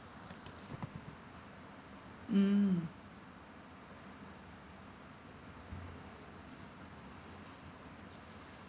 mm